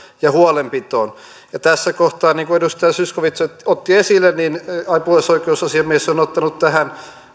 ja huolenpitoon tässä kohtaa niin kuin edustaja zyskowicz otti esille apulaisoikeusasiamies on on ottanut tähän